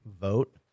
vote